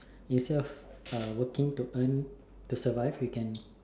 instead of uh working to earn to survive you can